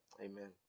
amen